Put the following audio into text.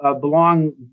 belong